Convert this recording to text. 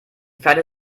pferde